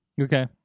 Okay